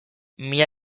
mila